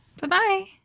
Bye-bye